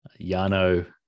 Yano